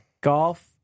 Golf